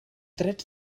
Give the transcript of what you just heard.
drets